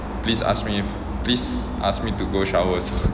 please ask me please ask me to go shower also